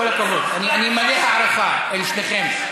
כל הכבוד, אני מלא הערכה לשניכם.